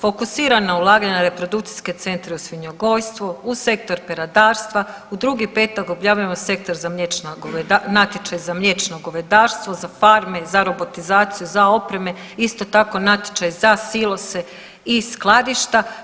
Fokusirana ulaganja u reprodukcijske centre u svinjogojstvu, u sektor peradarstva, u 2.5. objavljujemo sektor za mliječno, natječaj za mliječno govedarstvo, za farme, za robotizaciju, za opreme isto tako natječaj za silose i skladišta.